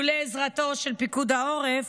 אילולא עזרתו של פיקוד העורף,